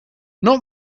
not